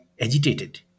agitated